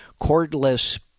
cordless